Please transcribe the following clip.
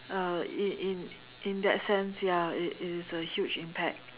uh in in in that sense ya it it is a huge impact